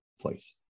place